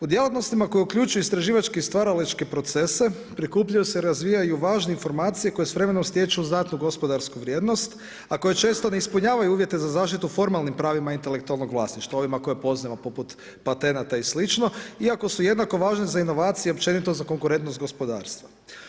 U djelatnostima koje uključuju istraživačke i stvaralačke procese prikupljaju se i razvijaju važne informacije koje s vremenom stječu znatnu gospodarsku vrijednost a koje često ne ispunjavaju uvjete za zaštitu formalnim pravima intelektualnog vlasništva, ovima koje poznajemo poput patenata i slično iako su jednako važni za inovacije i općenito za konkurentnost gospodarstva.